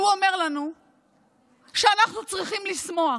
הוא אומר לנו שאנחנו צריכים לשמוח.